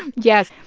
and yes.